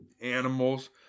animals